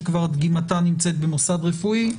שכבר דגימתה נמצאת במוסד רפואי,